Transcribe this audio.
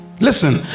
Listen